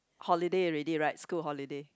holiday already right school holiday